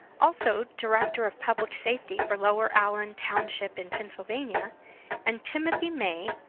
also director of public safety for lower allen township in pennsylvania and timothy may,